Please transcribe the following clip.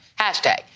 Hashtag